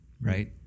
right